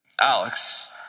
Alex